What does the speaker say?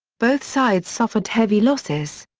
both sides suffered heavy losses.